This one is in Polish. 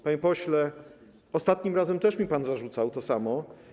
Panie pośle, ostatnim razem też mi pan zarzucał to samo.